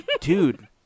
dude